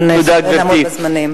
אבל תשתדל לעמוד בזמנים.